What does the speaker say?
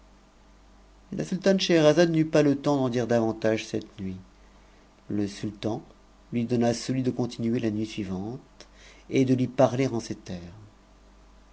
t ne scheherazade n'eut pas le temps d'en dire davantage cette nuit le lui donna celui de continuer la nuit suivante et de lui f n ces termes